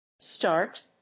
Start